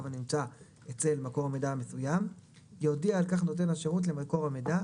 הנמצא אצל מקור מידע מסוים יודיע על כך נותן השירות למקור המידע,